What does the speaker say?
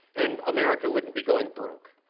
and america wouldn't be going broke.